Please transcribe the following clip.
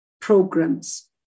programs